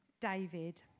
David